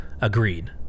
Agreed